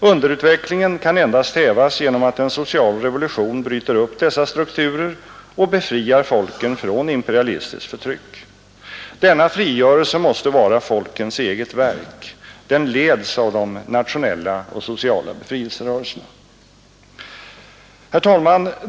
Underutvecklingen kan endast hävas genom att en social revolution bryter upp dessa strukturer och befriar folken från imperialistiskt förtryck. Denna frigörelse måste vara folkens eget verk. Den leds av de nationella och sociala befrielserörelserna. Herr talman!